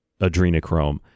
adrenochrome